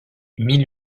mille